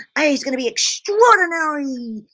ah he's going to be extraordinary,